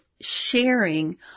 sharing